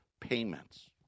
payments